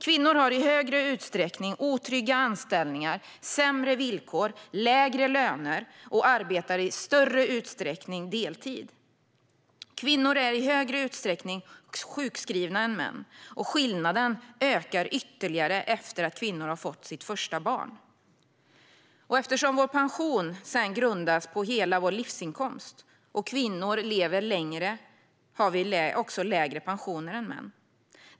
Kvinnor har i större utsträckning otrygga anställningar, sämre villkor, lägre löner och arbetar i större utsträckning deltid. Kvinnor är i större utsträckning sjukskrivna än män, och skillnaden ökar ytterligare efter att kvinnor har fått sitt första barn. Eftersom vår pension sedan grundas på hela vår livsinkomst och kvinnor lever längre har vi också lägre pensioner än män.